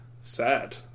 sad